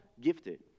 gifted